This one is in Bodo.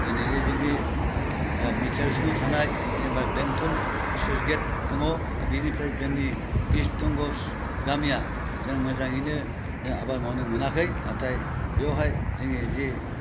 दिनैनि जोंनि बि टि आर सिङाव थानाय जेनेबा बेंथल सुइस गेट दङ बेनिफ्राय जोंनि इस्थ दंगस गामिया जों मोजाङैनो जों आबाद मावनो मोनाखै नाथाय बेवहाय जोंनि जे